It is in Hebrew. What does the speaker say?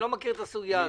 אני לא מכיר את הסוגיה הזאת.